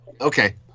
okay